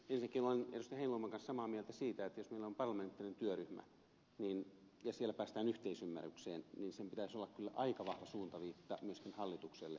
heinäluoman kanssa samaa mieltä siitä että jos meillä on parlamentaarinen työryhmä ja siellä päästään yhteisymmärrykseen niin sen pitäisi olla kyllä aika vahva suuntaviitta myöskin hallitukselle